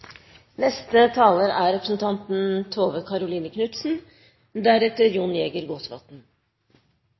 Neste taler er representanten Jon Georg Dale, deretter